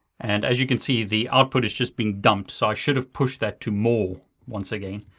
and as you can see, the output is just being dumped, so i should've pushed that to more, once again,